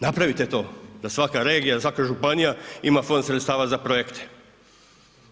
Napravite to da svaka regija, da svaka županija ima fond sredstava za projekte